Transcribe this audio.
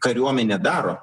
kariuomenė daro